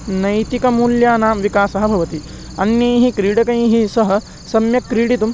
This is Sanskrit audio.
नैतिकमूल्यानां विकासः भवति अन्यैः क्रीडकैः सह सम्यक् क्रीडितुम्